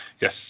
yes